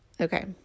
Okay